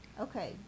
Okay